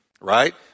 right